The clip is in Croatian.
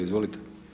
Izvolite.